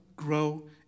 grow